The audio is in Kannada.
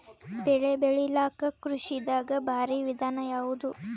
ಬೆಳೆ ಬೆಳಿಲಾಕ ಕೃಷಿ ದಾಗ ಭಾರಿ ವಿಧಾನ ಯಾವುದು?